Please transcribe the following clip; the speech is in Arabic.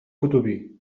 كتبي